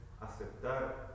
aceptar